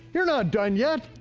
you're not done yet.